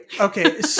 Okay